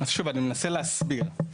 שוב, אני מנסה להסביר.